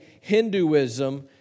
Hinduism